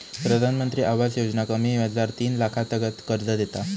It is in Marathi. प्रधानमंत्री आवास योजना कमी व्याजार तीन लाखातागत कर्ज देता